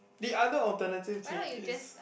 the other alternative date is